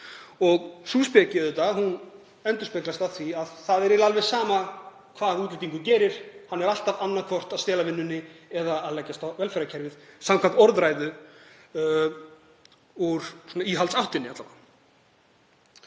Sú speki endurspeglast í því að það er eiginlega alveg sama hvað útlendingur gerir. Hann er alltaf annaðhvort að stela vinnunni eða að leggjast á velferðarkerfið samkvæmt orðræðu úr íhaldsáttinni alla